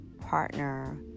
partner